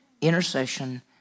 intercession